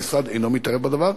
המשרד אינו מתערב בדבר.